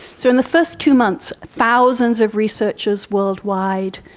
so in the first two months, thousands of researchers worldwide,